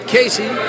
Casey